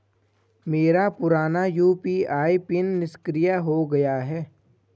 मेरा पुराना UPI PIN निष्क्रिय हो गया है